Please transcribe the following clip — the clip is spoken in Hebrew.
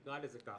אם נקרא לזה כך,